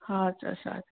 हवस् हवस् हवस्